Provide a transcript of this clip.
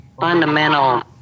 fundamental